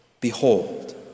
Behold